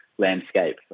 landscape